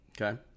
Okay